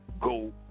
go